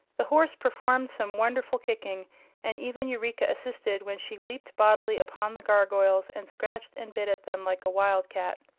the horse performed some wonderful kicking and even eureka assisted when she leaped bodily upon the gargoyles and scratched and bit at them like a wild-cat.